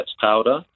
powder